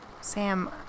Sam